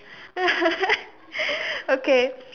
okay